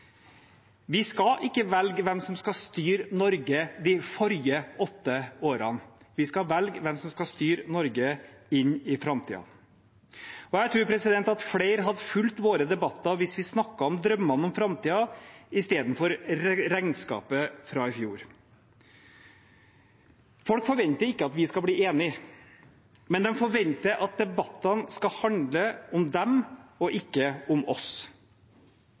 Vi skal ikke velge hvem som skal styre Norge de forrige åtte årene. Vi skal velge hvem som skal styre Norge inn i framtiden. Jeg tror flere hadde fulgt våre debatter hvis vi snakket om drømmene om framtiden istedenfor regnskapet fra i fjor. Folk forventer ikke at vi skal bli enige, men de forventer at debattene skal handle om dem og ikke om oss.